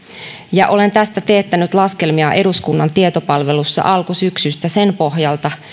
ja olen tästä teettänyt laskelmia eduskunnan tietopalvelussa alkusyksystä sen pohjalta